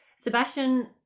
Sebastian